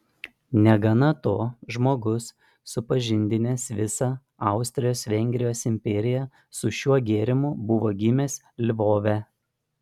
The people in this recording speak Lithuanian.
negana to žmogus supažindinęs visą austrijos vengrijos imperiją su šiuo gėrimu buvo gimęs lvove